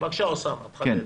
בבקשה, אוסאמה, תחדד.